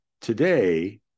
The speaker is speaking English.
today